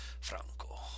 Franco